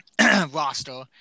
roster